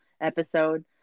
episode